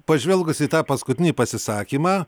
pažvelgus į tą paskutinį pasisakymą